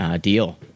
deal